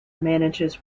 manages